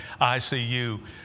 ICU